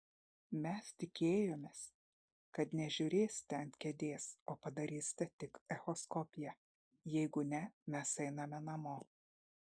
mes tikėjomės kad nežiūrėsite ant kėdės o padarysite tik echoskopiją jeigu ne mes einame namo